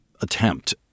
attempt